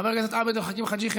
חבר הכנסת עבד אל חכים חאג' יחיא,